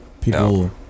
People